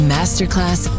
Masterclass